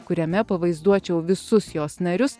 kuriame pavaizduočiau visus jos narius